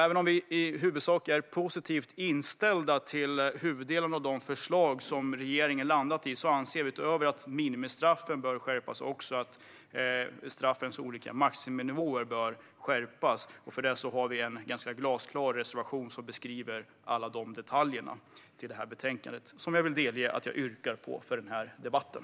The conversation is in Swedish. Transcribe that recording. Även om vi i huvudsak är positivt inställda till huvuddelen av de förslag som regeringen har landat i anser vi utöver att minimistraffen bör skärpas också att straffens olika maximinivåer bör skärpas. För detta har vi en glasklar reservation i betänkandet som beskriver alla detaljer. Jag yrkar bifall till denna reservation.